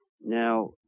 Now